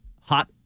hot